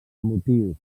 motius